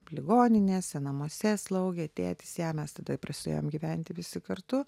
ligoninėse namuose slaugė tėtis ją mes tada pr suėjom gyventi visi kartu